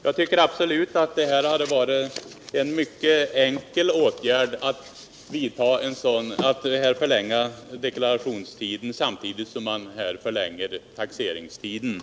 Det vore enligt min mening en enkel åtgärd att förlänga deklarationstiden samtidigt som man förlänger tiden för taxeringsarbetet.